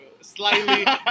slightly